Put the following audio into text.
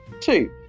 Two